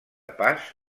pas